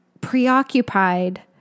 preoccupied